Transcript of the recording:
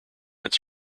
its